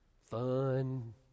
fun